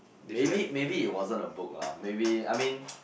maybe maybe it wasn't a book lah maybe I mean